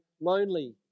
lonely